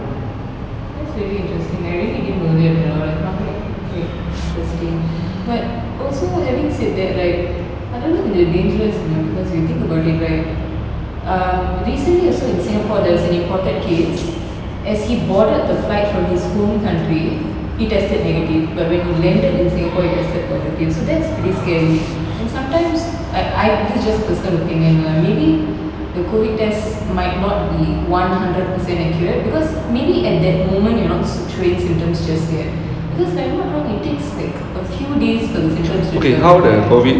that's really interesting I really didn't know that at all I'm like quite interesting but also having said that right அது வந்து கொஞ்சம்:adhu vanthu konjam dangerous you know because when you think about it right um recently also in singapore there was an imported case as he boarded the flight from his home country he tested negative but when he landed in singapore he tested positive so that's pretty scary and sometimes like I that's just personal opinion uh maybe the COVID test might not be one hundred percent accurate because maybe at that moment you're not s~ showing symptoms just yet because if I'm not wrong it takes like a few days for the symptoms to develop right